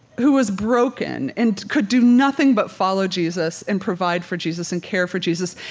who was broken and could do nothing but follow jesus and provide for jesus and care for jesus,